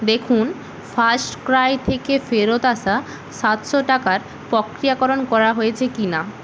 দেখুন ফার্স্টক্রাই থেকে ফেরত আসা সাতশো টাকার প্রক্রিয়াকরণ করা হয়েছে কি না